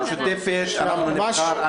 במשותפת אנחנו נבחר,